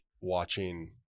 watching